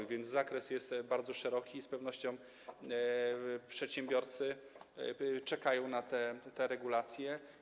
Tak więc zakres jest bardzo szeroki i z pewnością przedsiębiorcy czekają na te regulacje.